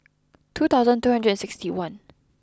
two thousand two hundred and sixty one